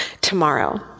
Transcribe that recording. tomorrow